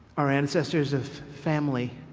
our ancestors of family,